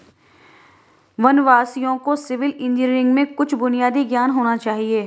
वनवासियों को civil engineering में कुछ बुनियादी ज्ञान होना चाहिए